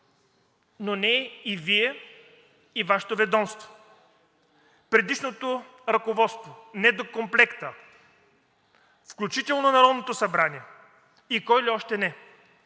но не и Вие и Вашето ведомство – предишното ръководство, недокомплекта, включително Народното събрание и кой ли още не.